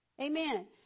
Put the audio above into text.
Amen